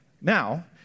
now